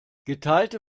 geteilte